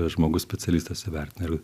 žmogus specialistas įvertina ir